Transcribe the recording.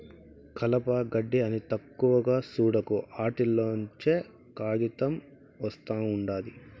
కలప, గెడ్డి అని తక్కువగా సూడకు, ఆటిల్లోంచే కాయితం ఒస్తా ఉండాది